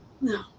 no